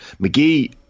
McGee